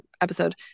episode